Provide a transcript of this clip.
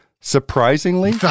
surprisingly